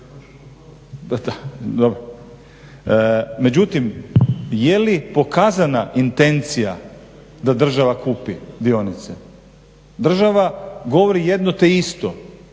Međutim, jeli pokazana intencija da država kupi dionice? Država govori jedno te isto,